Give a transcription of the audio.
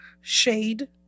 shade